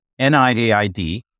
NIAID